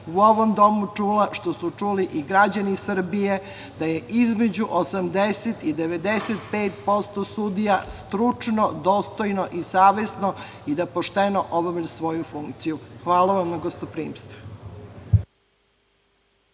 u ovom domu čula, što su čuli i građani Srbije, da je između 80 i 95 posto sudija stručno, dostojno i savesno i da pošteno obavlja svoju funkciju. Hvala vam na gostoprimstvu.